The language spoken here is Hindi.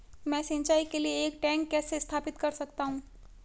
मैं सिंचाई के लिए एक टैंक कैसे स्थापित कर सकता हूँ?